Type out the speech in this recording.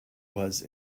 was